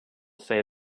say